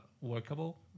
workable